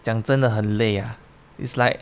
讲真的很累啊 it's like